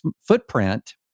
footprint